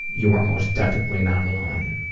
you are most definitely not alone.